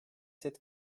sept